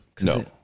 No